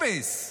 אפס.